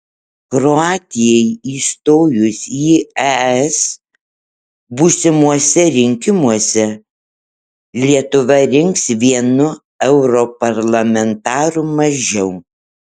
kroatijai įstojus į es būsimuose rinkimuose lietuva rinks vienu europarlamentaru mažiau